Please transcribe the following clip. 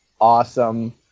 Awesome